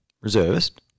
reservist